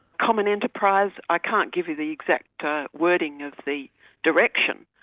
common enterprise. i can't give you the exact wording of the direction,